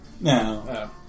No